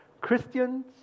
Christians